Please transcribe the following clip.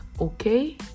okay